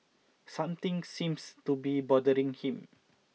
something seems to be bothering him